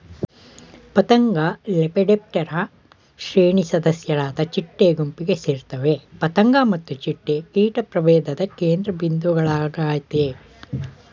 ಪತಂಗಲೆಪಿಡಾಪ್ಟೆರಾ ಶ್ರೇಣಿ ಸದಸ್ಯರಾದ ಚಿಟ್ಟೆ ಗುಂಪಿಗೆ ಸೇರ್ತವೆ ಪತಂಗ ಮತ್ತು ಚಿಟ್ಟೆ ಕೀಟ ಪ್ರಭೇಧದ ಕೇಂದ್ರಬಿಂದುಗಳಾಗಯ್ತೆ